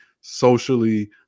socially